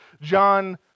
john